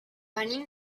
venim